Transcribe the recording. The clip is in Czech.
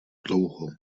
dlouho